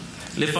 גברתי השרה,